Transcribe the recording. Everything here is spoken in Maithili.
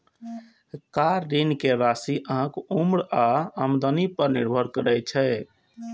कार ऋण के राशि अहांक उम्र आ आमदनी पर निर्भर करै छै